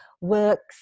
works